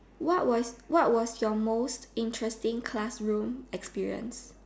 what was what was your most interesting classroom experience